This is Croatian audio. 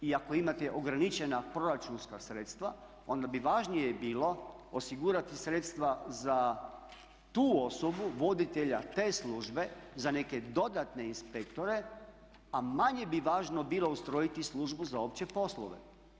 I ako imate ograničena proračunska sredstva onda bi važnije bilo osigurati sredstva za tu osobu, voditelja te službe, za neke dodatne inspektore a manje bi važno bilo ustrojiti službu za opće poslove.